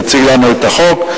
יציג לנו את החוק,